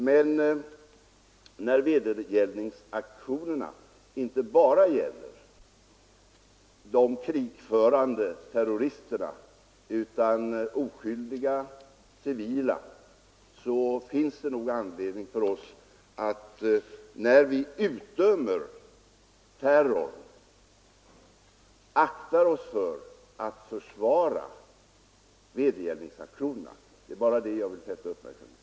Men när vedergällningsaktionerna inte bara gäller de krigförande terroristerna utan drabbar också oskyldiga civila, så finns det anledning för oss, när vi utdömer terrorn, att akta oss för att försvara vedergällningsaktionerna. Det är bara det jag vill fästa uppmärksamheten på.